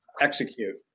Execute